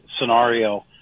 scenario